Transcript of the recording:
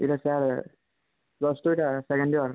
ଇ'ଟା sir plus two ଇ'ଟା second year